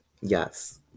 Yes